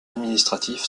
administratif